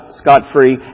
scot-free